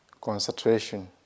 concentration